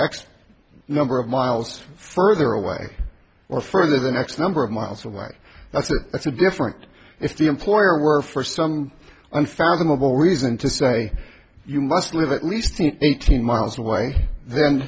x number of miles further away or further than x number of miles away that's it that's a different if the employer were for some unfathomable reason to say you must live at least eighteen miles away then